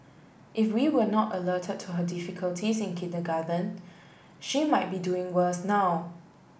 if we were not alerted to her difficulties in kindergarten she might be doing worse now